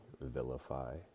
vilify